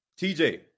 TJ